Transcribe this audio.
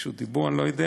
רשות דיבור, אני לא יודע.